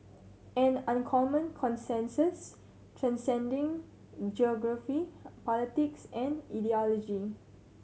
an uncommon consensus transcending geography politics and ideology